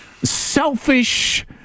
selfish